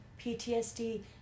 PTSD